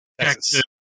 Texas